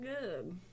good